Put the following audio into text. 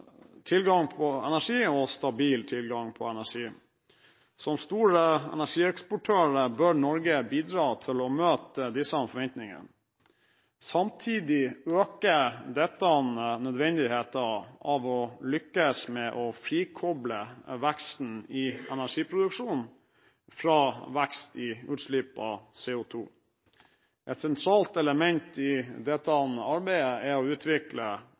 tilgang på energi. Som stor energieksportør bør Norge bidra til å møte disse forventningene. Samtidig øker dette nødvendigheten av å lykkes med å frikoble veksten i energiproduksjonen fra vekst i utslipp av CO2. Et sentralt element i dette arbeidet er å utvikle